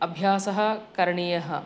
अभ्यासः करणीयः